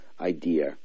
idea